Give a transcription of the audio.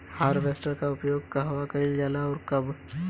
Harvester का उपयोग कहवा कइल जाला और कब?